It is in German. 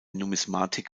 numismatik